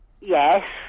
Yes